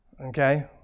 Okay